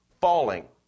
falling